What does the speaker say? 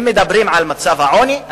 אם מדברים על מצב העוני,